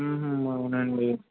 అవునా అండి